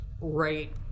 right